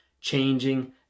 changing